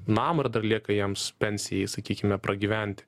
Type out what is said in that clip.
namą ir dar lieka jiems pensijai sakykime pragyventi